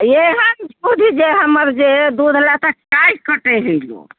एहन जे हमर जे दूध लऽ तऽ काहि कटै हय लोग